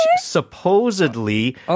supposedly